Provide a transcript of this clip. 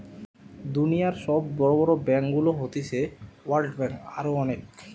দুনিয়র সব বড় বড় ব্যাংকগুলো হতিছে ওয়ার্ল্ড ব্যাঙ্ক, আরো অনেক